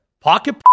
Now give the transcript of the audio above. Pocket